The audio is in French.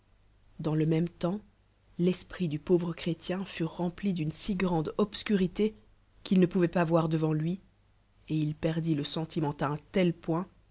dans le même temps l'esprit du pauvre cbrétien fut rempli d'ulle si grande obscnrilii qu'il ne pouvoit j as voir devant lui el il ptj dit croub e et yrinc de lrétien l'lieure cle la ioli le sentiment'à un tel point